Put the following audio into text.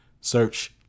search